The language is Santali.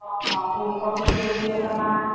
ᱦᱚᱸ ᱦᱚᱸ ᱦᱳᱲᱳ ᱠᱚ ᱴᱷᱤᱠ ᱜᱮ ᱦᱩᱭ ᱠᱟᱱᱟ